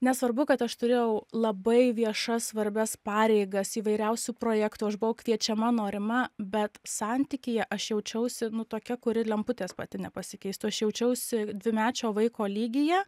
nesvarbu kad aš turėjau labai viešas svarbias pareigas įvairiausių projektų aš buvau kviečiama norima bet santykyje aš jaučiausi nu tokia kuri lemputės pati nepasikeistų aš jaučiausi dvimečio vaiko lygyje